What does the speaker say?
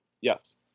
Yes